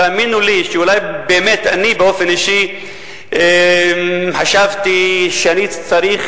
תאמינו לי שאני באופן אישי חשבתי שאני צריך